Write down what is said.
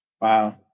Wow